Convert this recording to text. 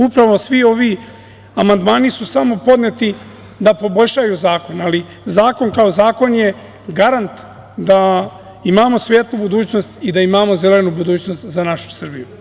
Upravo svi ovi amandmani su samo podneti da poboljšaju zakon, ali zakon kao zakon je garant da imamo svetlu budućnost i da imamo zelenu budućnost za našu Srbiju.